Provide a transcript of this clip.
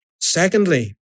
Secondly